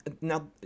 now